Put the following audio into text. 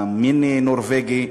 המיני-נורבגי.